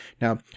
Now